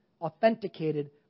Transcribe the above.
authenticated